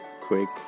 quick